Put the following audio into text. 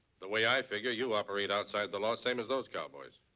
the way i figure, you operate outside the law, same as those cowboys.